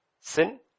sin